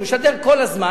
הוא משדר כל הזמן,